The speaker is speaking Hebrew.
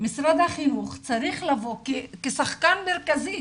משרד החינוך צריך לבוא כשחקן מרכזי,